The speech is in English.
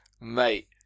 mate